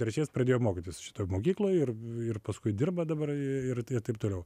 trečiais pradėjo mokytis šitoj mokykloj ir ir paskui dirba dabar ir taip toliau